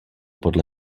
podle